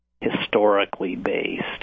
historically-based